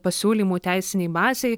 pasiūlymų teisinei bazei